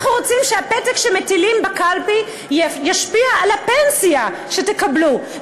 אנחנו רוצים שהפתק שמטילים בקלפי ישפיע על הפנסיה שתקבלו,